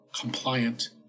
compliant